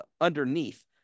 underneath